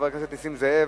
חבר הכנסת נסים זאב,